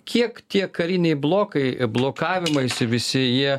kiek tie kariniai blokai blokavimaisi visi jie